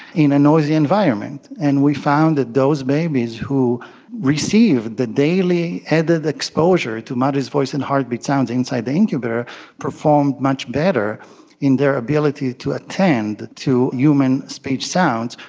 in a noisy environment. and we found that those babies who received the daily added exposure to mother's voice and heartbeat sounds inside the incubator performed much better in their ability to attend to human speech sounds,